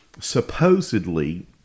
supposedly